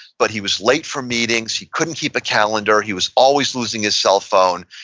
but he was late for meetings, he couldn't keep a calendar, he was always losing his cell phone.